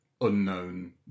unknown